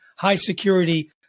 high-security